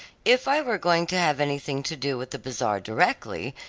if i were going to have anything to do with the bazaar directly,